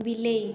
ବିଲେଇ